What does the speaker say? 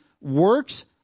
works